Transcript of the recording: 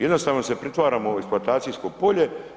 Jednostavno se pretvaramo u eksploatacijsko polje.